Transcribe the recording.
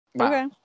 Okay